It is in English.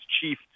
chief